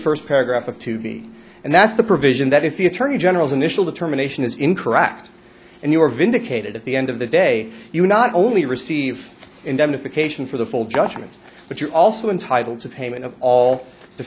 first paragraph of to be and that's the provision that if the attorney general's initial determination is incorrect and you are vindicated at the end of the day you not only receive indemnification for the full judgment but you're also entitled to payment of all